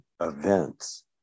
Events